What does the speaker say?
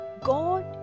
God